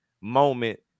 moment